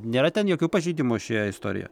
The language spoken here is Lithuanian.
nėra ten jokių pažeidimų šioje istorijo